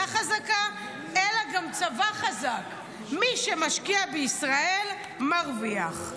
חזקה אלא גם צבא חזק"; "מי שמשקיע בישראל מרוויח".